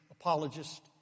apologist